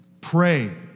Pray